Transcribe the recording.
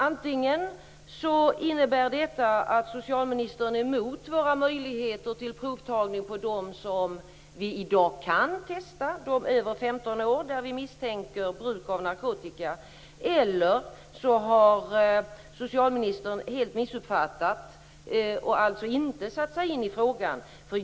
Antingen innebär detta att socialministern är emot möjligheter till provtagning på dem som är över 15 år och som i dag får testas när man misstänker bruk av narkotika, eller också har socialministern helt missuppfattat frågan och inte satt sig in i den.